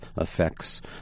effects